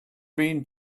been